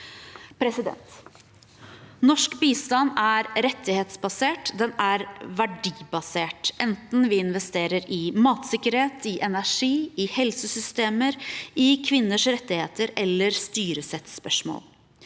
tautrekkingen. Norsk bistand er rettighetsbasert, den er verdibasert, enten vi investerer i matsikkerhet, i energi, i helsesystemer, i kvinners rettigheter eller i styresettspørsmål.